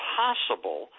possible